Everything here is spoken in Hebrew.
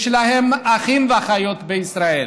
יש להם אחים ואחיות בישראל,